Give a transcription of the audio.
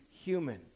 human